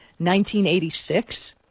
1986